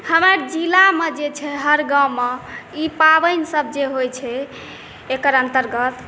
हमर जिलामे जे छै हर गाँवमे ई पाबनिसब जे होइ छै एकर अन्तर्गत